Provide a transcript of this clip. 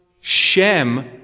Shem